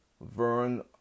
Vern